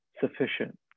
sufficient